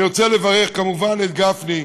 אני רוצה לברך, כמובן, את גפני,